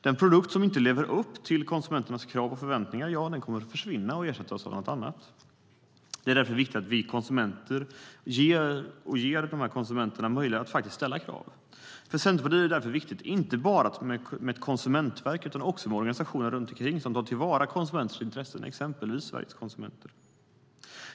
Den produkt som inte lever upp till konsumenternas krav och förväntningar kommer att försvinna och ersättas av något annat. Det är därför viktigt att ge konsumenterna möjlighet att faktiskt ställa krav. För Centerpartiet är det därför viktigt inte bara med ett konsumentverk utan också med organisationer runt omkring som tar till vara konsumenters intressen, exempelvis Sveriges Konsumenter.